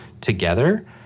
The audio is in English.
together